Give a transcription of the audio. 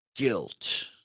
Guilt